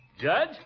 Judge